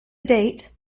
date